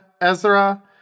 Ezra